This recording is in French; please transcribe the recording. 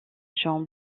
john